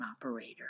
operator